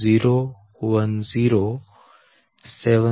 0693 0